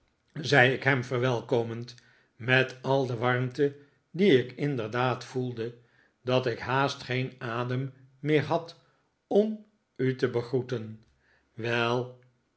zei ik hem verwelkomend met al de warmte die ik inderdaad voelde dat ik haast geen adem meer had om u te begroeten wel